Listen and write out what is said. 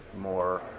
more